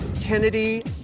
Kennedy